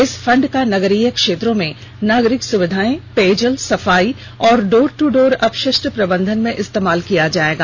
इस फंड का नगरीय क्षेत्रों में नागरिक सुविधाएं पेयजल सफाई और डोर ट्र डोर अपशिष्ट प्रबंधन में इस्तेमाल किया जाएगा